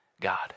God